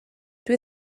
dwi